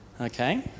okay